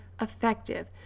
effective